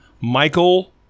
Michael